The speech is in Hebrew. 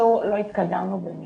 בקיצור לא התקדמנו במילימטר.